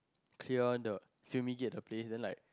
clear the fumigate the place then like